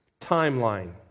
timeline